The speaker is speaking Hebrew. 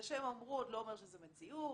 זה שהם אמרו, עוד לא אומר שזה מציאות.